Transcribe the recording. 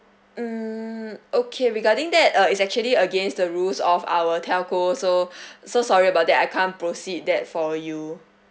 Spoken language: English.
um okay regarding that uh it's actually against the rules of our telco so so sorry about that I can't proceed that for you